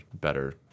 better